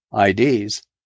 IDs